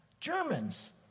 Germans